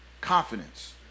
Confidence